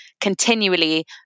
continually